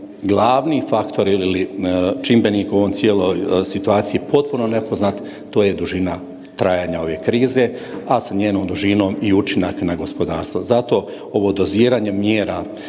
glavni faktor ili čimbenik u ovoj cijeloj situaciji potpuno nepoznat, to je dužina trajanja ove krize, a sa njenom dužinom i učinak na gospodarstvo. Zato ovo doziranje mjera